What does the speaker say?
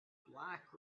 black